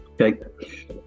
okay